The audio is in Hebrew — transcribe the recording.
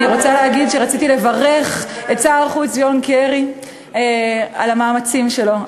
אני רוצה להגיד שרציתי לברך את שר החוץ ג'ון קרי על המאמצים שלו,